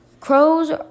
crows